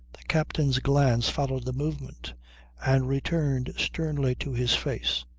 the captain's glance followed the movement and returned sternly to his face.